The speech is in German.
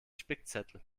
spickzettel